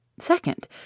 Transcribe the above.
Second